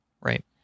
Right